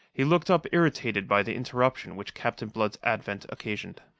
he looked up irritated by the interruption which captain blood's advent occasioned.